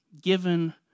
given